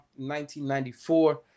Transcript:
1994